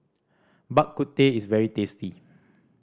Bak Kut Teh is very tasty